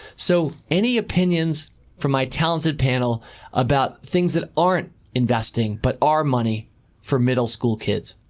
so any opinions from my talented panel about things that aren't investing but are money for middle school kids?